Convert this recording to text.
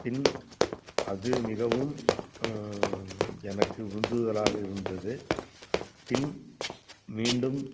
பின் அது மிகவும் எனக்கு உந்துதலாகக் இருந்தது பின் மீண்டும்